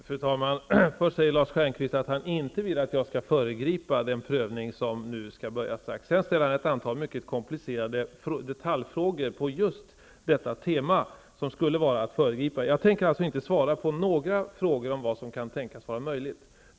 Fru talman! Först säger Lars Stjernkvist att han inte vill att jag skall föregripa den prövning som nu strax skall ha sin början. Sedan ställer han en antal mycket komplicerade detaljfrågor på just detta tema, vilkas besvarande skulle vara att föregripa prövningen. Jag tänker inte svara på några frågor om vad som skulle tänkas vara möjligt.